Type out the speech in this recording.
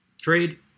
trade